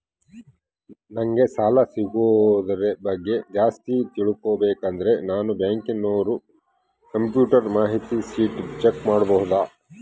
ನಂಗೆ ಸಾಲ ಸಿಗೋದರ ಬಗ್ಗೆ ಜಾಸ್ತಿ ತಿಳಕೋಬೇಕಂದ್ರ ನಾನು ಬ್ಯಾಂಕಿನೋರ ಕಂಪ್ಯೂಟರ್ ಮಾಹಿತಿ ಶೇಟ್ ಚೆಕ್ ಮಾಡಬಹುದಾ?